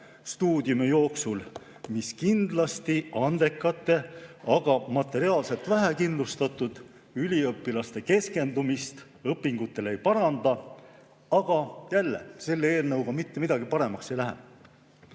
töötamise määr, mis kindlasti andekate, aga materiaalselt vähekindlustatud üliõpilaste keskendumist õpingutele ei paranda. Aga jällegi, selle eelnõuga mitte midagi paremaks ei lähe.